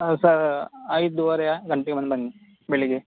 ಹಾಂ ಸರ ಐದುವರೆಯ ಗಂಟೆಗೆ ಒಂದು ಬನ್ನಿ ಬೆಳಿಗೆ